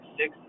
six